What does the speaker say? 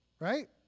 right